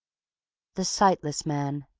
the sightless man